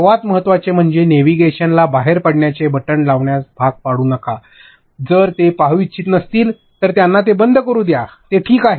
सर्वात महत्त्वाचे म्हणजे नेव्हिगेशनला बाहेर पडण्याचे बटण लावण्यास भाग पाडू नका जर ते पाहू इच्छित नसतील तर त्यांना ते बंद करू द्या ते ठीक आहे